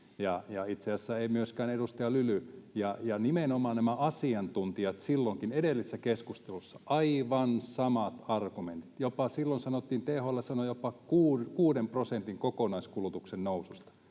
itse asiassa ei myöskään edustaja Lyly. Ja nimenomaan näillä asiantuntijoilla oli silloinkin edellisessä keskustelussa aivan samat argumentit. Silloin sanottiin, THL sanoi, jopa kuuden prosentin kokonaiskulutuksen noususta.